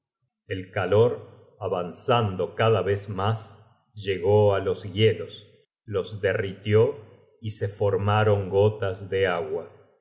el calor avanzando cada content from google book search generated at vez mas llegó á los hielos los derritió y se formaron gotas de agua